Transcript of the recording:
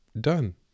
done